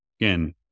again